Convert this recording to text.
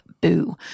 Boo